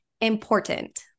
important